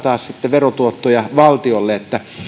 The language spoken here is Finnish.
verotuottoja valtiolle